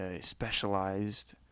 specialized